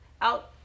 out